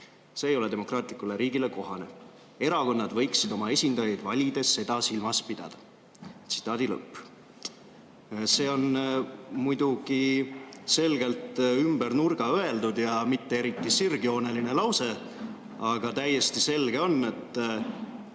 See ei ole demokraatlikule riigile kohane. Erakonnad võiksid oma esindajaid valides seda silmas pidada." See on muidugi selgelt ümber nurga öeldud ja mitte eriti sirgjooneline lause, aga täiesti selge on, et